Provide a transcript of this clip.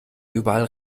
überall